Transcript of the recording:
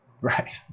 Right